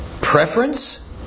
Preference